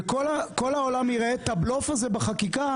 וכל העולם יראה את הבלוף הזה בחקיקה,